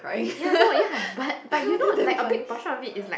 ya no ya but but you know like a big portion of it is like